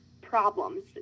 problems